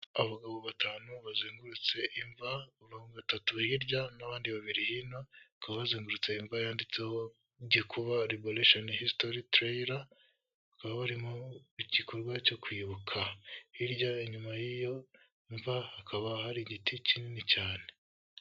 Abagabo batanu bazengurutse imva, ku mirongo itatu, hirya n'abandi babiri hino, ikaba bazengurutse imva yanditseho '' Gikobaba rebelation history trail'' bakaba bari mu igikorwa cyo kwibuka, hirya inyuma y'iyo mva hakaba hari igiti kinini cyane.